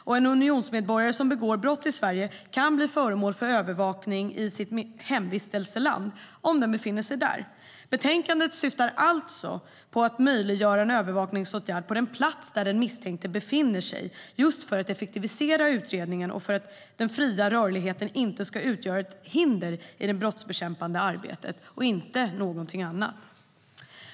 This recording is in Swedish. Och en unionsmedborgare som begår brott i Sverige kan bli föremål för övervakning i sitt hemvistelseland om den befinner sig där. Utskottets förslag i betänkandet syftar alltså till att möjliggöra en övervakningsåtgärd på den plats där den misstänkte befinner sig, just för att effektivisera utredningen och för att den fria rörligheten inte ska utgöra ett hinder i det brottsbekämpande arbetet, och inte någonting annat.